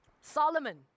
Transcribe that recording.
Solomon